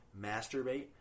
masturbate